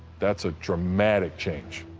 that's a dramatic change.